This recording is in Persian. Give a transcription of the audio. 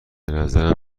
نظر